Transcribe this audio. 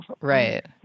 right